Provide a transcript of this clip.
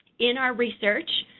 in our research,